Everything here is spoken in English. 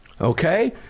Okay